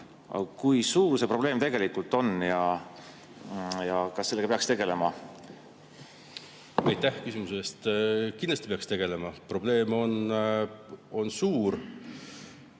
Kui suur see probleem tegelikult on ja kas sellega peaks tegelema? Aitäh küsimuse eest! Kindlasti peaks tegelema, probleem on suur,